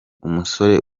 umusore